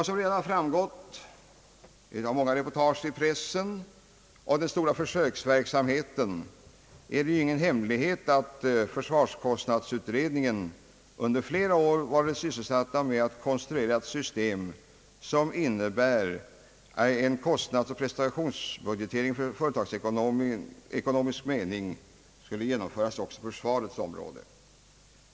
Som redan framgått av många reportage i pressen och av den stora försöksverksamheten är det ingen hemlighet att försvarskostnadsutredningen under flera år varit sysselsatt med att konstruera ett system som innebär att en kostnadsoch prestationsbudgetering i företagsekonomisk mening genomförs på försvarets område.